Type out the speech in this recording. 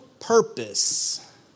Purpose